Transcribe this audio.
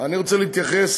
אני רוצה להתייחס.